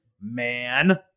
man